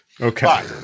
Okay